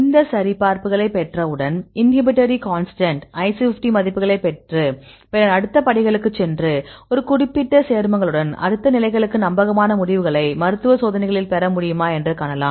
இந்த சரிபார்ப்புகளைப் பெற்றவுடன் இன்ஹிபிட்டரி கான்ஸ்டன்ட் IC50 மதிப்புகளைப் பெற்று பின்னர் அடுத்த படிகளுக்குச் சென்று ஒரு குறிப்பிட்ட சேர்மங்களுடன் அடுத்த நிலைகளுக்கு நம்பகமான முடிவுகளைப் மருத்துவ சோதனைகளில் பெற முடியுமா என்று காணலாம்